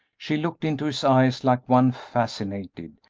she looked into his eyes like one fascinated,